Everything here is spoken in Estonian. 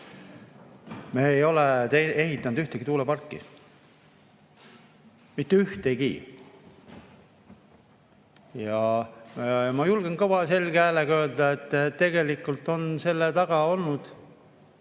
Me ei ole ehitanud ühtegi tuuleparki. Mitte ühtegi! Ja ma julgen kõva ja selge häälega öelda, et tegelikult on selle taga olnud